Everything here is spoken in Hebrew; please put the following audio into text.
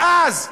ואז,